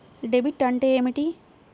Debit అంటే ఏమిటి?